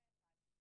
זה אחד.